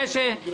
שאפשר.